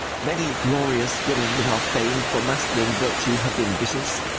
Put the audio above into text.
many glorious women that are fam'd for masculine virtue, have been vicious,